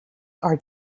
are